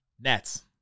nets